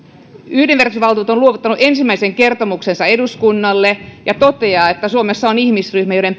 yhdenvertaisuusvaltuutettu on luovuttanut ensimmäisen kertomuksensa eduskunnalle ja toteaa että suomessa on ihmisryhmiä joiden